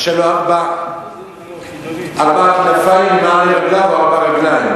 ההולך על ארבע, אשר לו כרעיים ממעל.